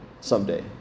someday